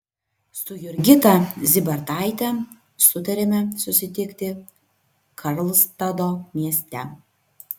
su jurgita zybartaite sutarėme susitikti karlstado mieste